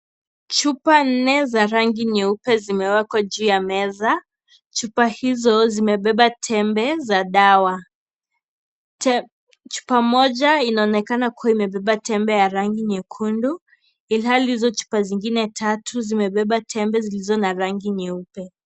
Chupa nne za rangi nyeupe zimewekwa juu ya meza. Chupa hizo zimebeba tembe za dawa. Chupa moja inaoneka kuwa imebeba tembe ya rangi nyekundu ili hali hizo chupa zingine tatu zimebeba tembe zilizo na rangi nyeupe.